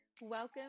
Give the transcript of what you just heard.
Welcome